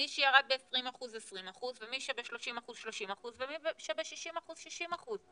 מי שירד ב-20% אז 20% ומי שב-30% 30% ומי שב-60% 60%,